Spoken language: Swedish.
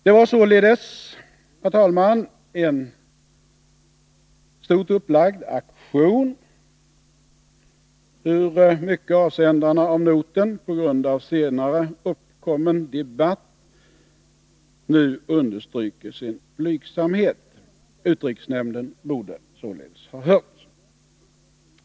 Det var således, herr talman, en stort upplagd aktion, hur mycket avsändarna av noten på grund av senare uppkommen debatt nu än understryker sin blygsamhet. Utrikesnämnden borde således ha hörts.